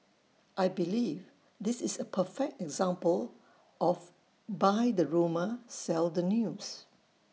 I believe this is A perfect example of buy the rumour sell the news